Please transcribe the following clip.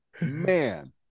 man